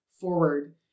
forward